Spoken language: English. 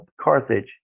Carthage